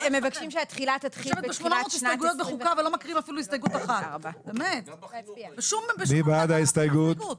הם מבקשים שהתחילה תתחיל בתחילת שנת 2024. מי בעד ההסתייגות?